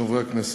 חברי הכנסת,